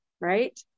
right